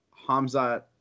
Hamzat